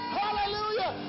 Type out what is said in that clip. hallelujah